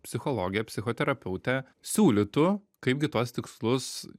psichologė psichoterapeutė siūlytų kaip gi tuos tikslus